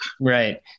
Right